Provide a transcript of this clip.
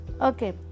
Okay